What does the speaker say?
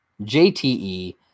JTE